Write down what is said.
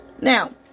Now